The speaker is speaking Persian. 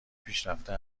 پیشرفته